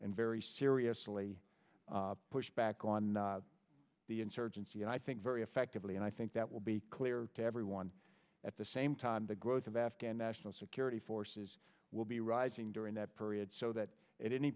and very seriously push back on the insurgency and i think very effectively and i think that will be clear to everyone at the same time the growth of afghan national security forces will be rising during that period so that it any